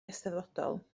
eisteddfodol